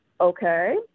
okay